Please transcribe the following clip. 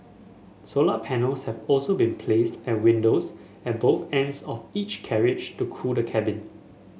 solar panels have also been placed at windows at both ends of each carriage to cool the cabin